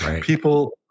people